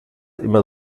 immer